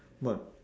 but